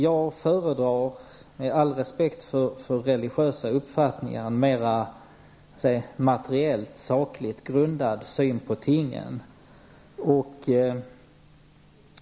Jag föredrar, med all respekt för religiösa uppfattningar, en mer materiellt, sakligt grundad syn på tingen.